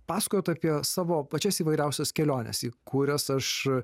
pasakojot apie savo pačias įvairiausias keliones į kurias aš